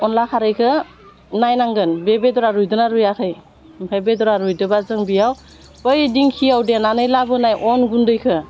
अनला खारैखौ नायनांगोन बे बेदरा रुयदोंना रुयाखै ओमफाय बेदरा रुयदोबा जों बेयाव बै दिंखियाव देनानै लाबोनाय अन गुन्दैखौ